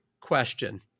question